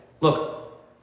look